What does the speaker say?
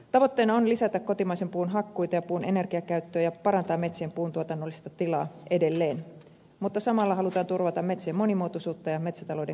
tavoitteena on lisätä kotimaisen puun hakkuita ja puun energiakäyttöä ja parantaa metsien puuntuotannollista tilaa edelleen mutta samalla halutaan turvata metsien monimuotoisuutta ja metsätalouden kannattavuutta